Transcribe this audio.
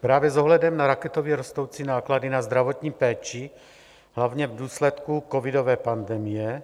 Právě s ohledem na raketově rostoucí náklady na zdravotní péči hlavně v důsledku covidové pandemie